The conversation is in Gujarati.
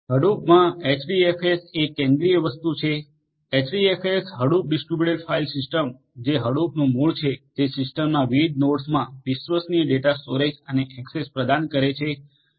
હડુપમાં એચડીએફએસ એ કેન્દ્રિય વસ્તુ છે HDFS Hadoop distributed file system જે હડુપનું મૂળ છે જે સિસ્ટમના વિવિધ નોડ્સમાં વિશ્વસનીય ડેટા સ્ટોરેજ અને એક્સેસ પ્રદાન કરે છે